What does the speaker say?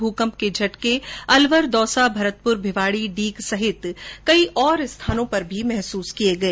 मूकंप के झटके अलवर दौसा भरतपुर भिवाड़ी डीग सहित कई जगह पर महसूस किए गए